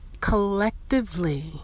collectively